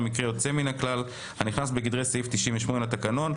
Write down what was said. מקרה יוצא מן הכלל הנכנס בגדרי סעיף 98 לתקנון,